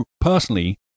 personally